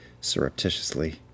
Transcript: surreptitiously